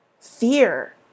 fear